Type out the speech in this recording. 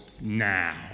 now